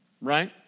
right